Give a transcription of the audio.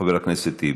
חבר הכנסת טיבי.